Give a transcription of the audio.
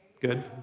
Good